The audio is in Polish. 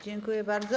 Dziękuję bardzo.